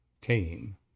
team